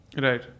Right